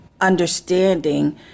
understanding